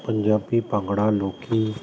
ਪੰਜਾਬੀ ਭੰਗੜਾ ਲੋਕ